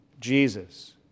Jesus